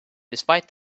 despite